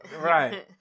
Right